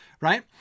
right